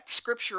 scripture